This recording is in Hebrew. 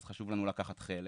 אז חשוב לנו לקחת חלק.